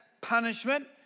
punishment